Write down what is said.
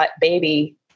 baby